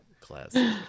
Classic